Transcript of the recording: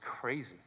crazy